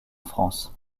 france